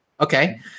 Okay